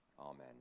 Amen